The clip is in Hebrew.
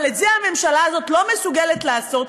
אבל את זה הממשלה הזאת לא מסוגלת לעשות,